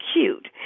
cute